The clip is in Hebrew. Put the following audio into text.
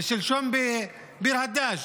ושלשום בביר הדאג'.